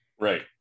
right